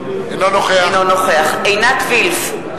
אינו נוכח עינת וילף,